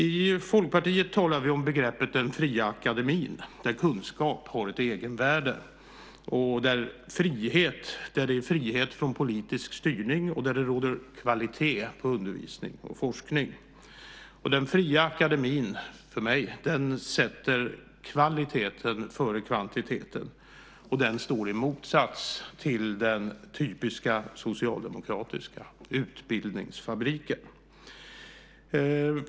I Folkpartiet talar vi om begreppet den fria akademin där kunskap har ett egenvärde, där det är frihet från politisk styrning och där det råder kvalitet på undervisning och forskning. Den fria akademin sätter, enligt mig, kvaliteten före kvantiteten, och den står i motsats till den typiska socialdemokratiska utbildningsfabriken.